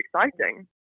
exciting